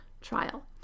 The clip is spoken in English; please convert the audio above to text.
trial